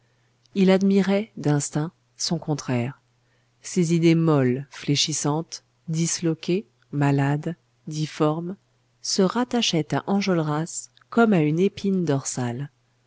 il admirait d'instinct son contraire ses idées molles fléchissantes disloquées malades difformes se rattachaient à enjolras comme à une épine dorsale